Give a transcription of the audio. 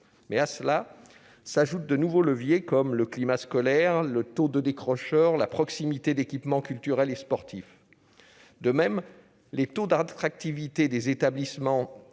À cela s'ajoutent de nouveaux leviers, comme le climat scolaire, le taux de décrocheurs, la proximité d'équipements culturels et sportifs. De même, le taux d'attractivité des établissements